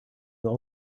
all